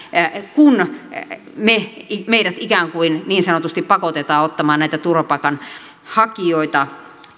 kun meidät ikään kuin niin sanotusti pakotetaan ottamaan näitä turvapaikanhakijoita